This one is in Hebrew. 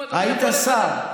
היית שר.